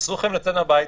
אסור לכם לצאת מהבית,